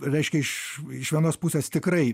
reiškia iš iš vienos pusės tikrai